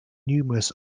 numerous